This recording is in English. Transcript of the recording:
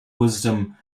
wisdom